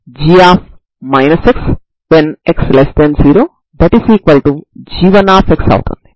కాబట్టి non zero పరిష్కారం X ను పొందడానికి ఈ రెండు సమీకరణాలను పరిష్కరించండి